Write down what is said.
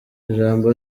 ijambo